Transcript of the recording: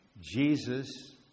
Jesus